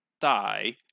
die